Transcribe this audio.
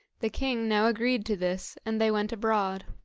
the king now agreed to this, and they went abroad.